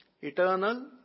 Eternal